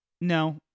No